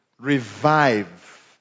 Revive